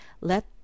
Let